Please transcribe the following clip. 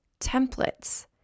templates